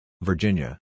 Virginia